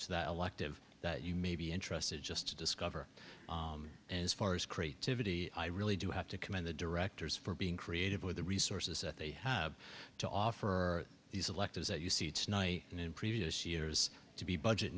to that elective that you may be interested just to discover as far as creativity i really do have to commend the directors for being creative with the resources that they have to offer these electives that you see tonight and in previous years to be budget